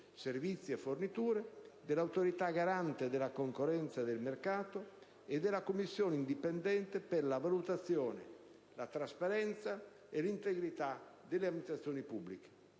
servizi e forniture, dell'Autorità garante della concorrenza e del mercato e della Commissione indipendente per la valutazione, la trasparenza e l'integrità delle amministrazioni pubbliche;